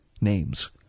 names